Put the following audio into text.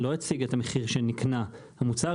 לא הציג את המחיר שנקנה המוצר,